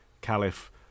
Caliph